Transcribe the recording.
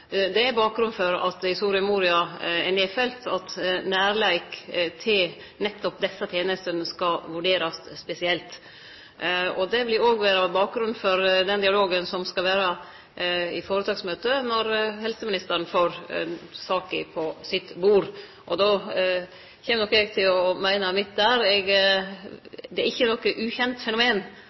Det er bakgrunnen for at det i Soria Moria-erklæringa er nedfelt at nærleik til nettopp desse tenestene skal vurderast spesielt. Det vil òg vere bakgrunnen for den dialogen som skal vere i føretaksmøtet når helseministeren får saka på sitt bord. Då kjem nok eg til å meine mitt der. Det er ikkje noko ukjent fenomen